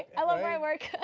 i love my work.